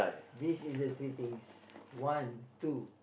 this is the three things one two